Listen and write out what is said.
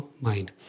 mind